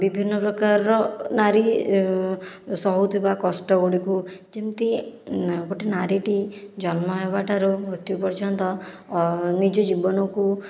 ବିଭିନ୍ନ ପ୍ରକାରର ନାରୀ ସହୁଥିବା କଷ୍ଟ ଗୁଡ଼ିକୁ ଯେମିତି ଗୋଟିଏ ନାରୀଟି ଜନ୍ମ ହେବା ଠାରୁ ମୃତ୍ୟୁ ପର୍ଯ୍ୟନ୍ତ ନିଜ ଜୀବନକୁ